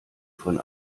von